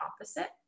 opposite